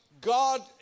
God